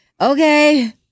okay